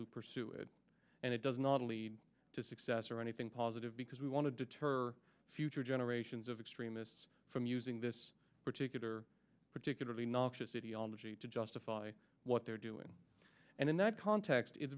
who pursue it and it does not lead to success or anything positive because we want to deter future generations of extremists from using this particular particularly noxious idiology to justify what they're doing and in that context it's